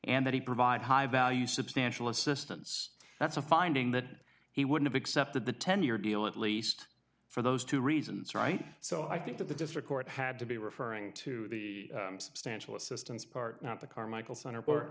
and that he provide high value substantial assistance that's a finding that he would have accepted the ten year deal at least for those two reasons right so i think that the district court had to be referring to the substantial assistance part not the carmichael center